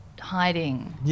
hiding